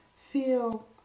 feel